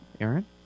Aaron